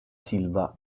silva